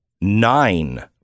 nine